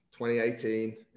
2018